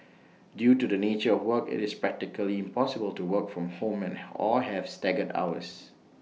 due to the nature of work IT is practically impossible to work from home and or have staggered hours